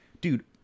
dude